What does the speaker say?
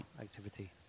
activity